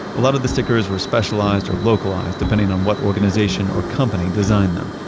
a lot of the stickers were specialized or localized depending on what organization or company designed them.